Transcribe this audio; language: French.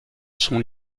sont